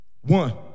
One